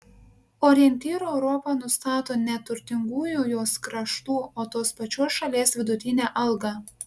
orientyru europa nustato ne turtingųjų jos kraštų o tos pačios šalies vidutinę algą